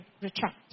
retract